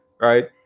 right